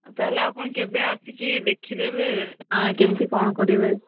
ତାହେଲେ ଆପଣ କେବେ ଆସିକି ଦେଖିଦେବେ କେମତି କ'ଣ କରିବେ